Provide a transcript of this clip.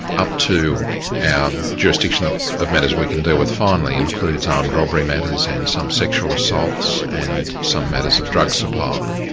up to our um jurisdiction of matters we can deal with finally, includes armed robbery matters and some sexual assaults and some matters of drug supply.